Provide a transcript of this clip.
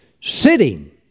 sitting